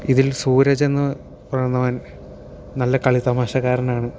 ഇതിൽ സൂരജെന്ന് പറയുന്നവൻ നല്ല കളി തമാശക്കാരനാണ്